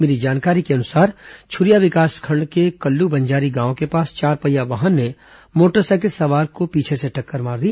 मिली जानकारी को अनुसार छरिया विकासखंड के कल्लुबंजारी गांव के पास चारपहिया वाहन ने मोटरसाइकिल को पीछे से टक्कर मार दी